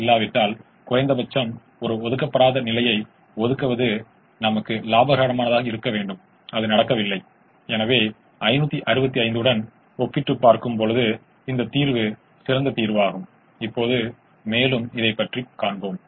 நான் இப்போது குறைந்த புறநிலை செயல்பாடு மதிப்புடன் தீர்வுகளை முயற்சிப்பேன்